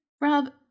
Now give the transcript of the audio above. Rob